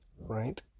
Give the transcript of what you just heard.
right